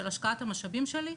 של השקעת המשאבים שלי,